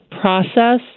process